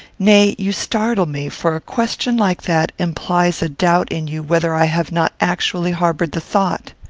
nay, you startle me for a question like that implies a doubt in you whether i have not actually harboured the thought.